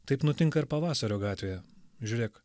taip nutinka ir pavasario gatvėje žiūrėk